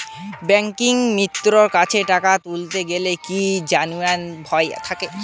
ব্যাঙ্কিমিত্র কাছে টাকা তুলতে গেলে কি জালিয়াতির ভয় থাকে?